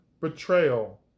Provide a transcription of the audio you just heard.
betrayal